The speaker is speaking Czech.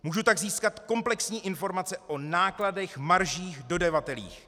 Můžu tak získat komplexní informace o nákladech, maržích, dodavatelích.